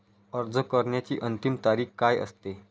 अर्ज करण्याची अंतिम तारीख काय असते?